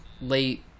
late